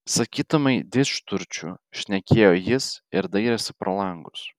sakytumei didžturčių šnekėjo jis ir dairėsi pro langus